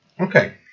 Okay